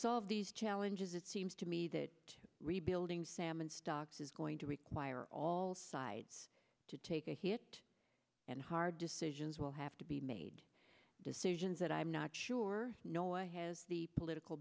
solve these challenges it seems to me that rebuilding salmon stocks is going to require all sides to take a hit and hard decisions will have to be made decisions that i'm not sure no i has the political